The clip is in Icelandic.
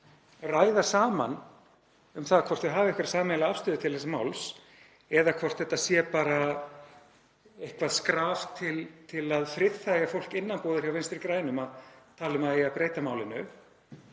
ræða saman um það hvort þau hafi einhverja sameiginlega afstöðu til þessa máls eða hvort þetta sé bara eitthvert skraf til að friðþægja fólk innanbúðar hjá Vinstri grænum, að tala um að það eigi að breyta málinu,